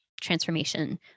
transformation